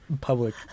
public